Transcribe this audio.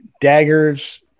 daggers